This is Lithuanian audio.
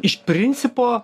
iš principo